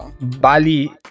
Bali